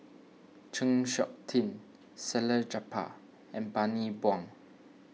Chng Seok Tin Salleh Japar and Bani Buang